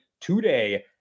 today